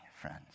friends